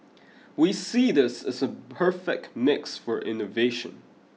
we see this as the perfect mix for innovation